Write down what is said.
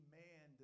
man